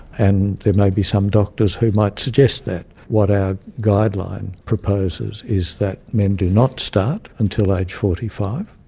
and there may be some doctors who might suggest that. what our guideline proposes is that men do not start until age forty five,